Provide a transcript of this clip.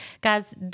Guys